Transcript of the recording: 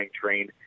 train